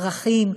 פרחים,